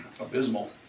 abysmal